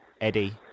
Eddie